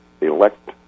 elect